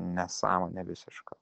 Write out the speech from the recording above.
nesąmonė visiška